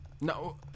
No